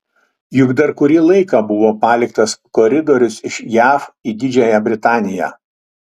juk dar kurį laiką buvo paliktas koridorius iš jav į didžiąją britaniją